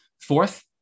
Fourth